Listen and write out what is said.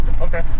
Okay